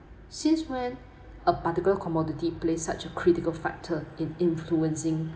since when a particle commodity play such a critical factor in influencing